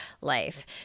life